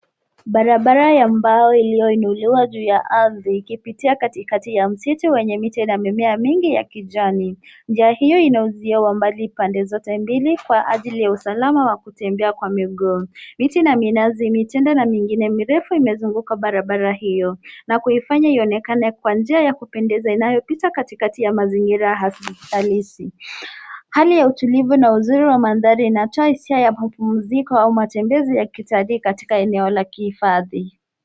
Barabara ya mbao iliyoinuliwa juu ya ardhi ikipitia katikati ya msitu wenye miti na mimea mingi ya kijani. Njia hiyo ina uzio wa mbao pande zote mbili kwa ajili ya usalama wa kutembea kwa miguu. Miti na minazi mitende na mingine mirefu imezunguka barabara hio na kuifanya ionekane kwa njia ya kupendeza inayopita katikati ya mazingira halisi. Hali ya utulivu na uzuri wa mandhari inatoa hisia ya mapumziko au matembezi ya kitali katika maeneo ya kihifadhi.